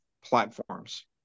platforms